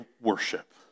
worship